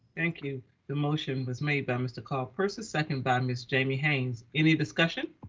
thank you. the motion was made by mr. carl persis second by ms. jamie haynes. any discussion?